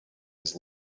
his